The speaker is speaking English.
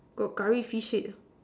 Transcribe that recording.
got Curry fish head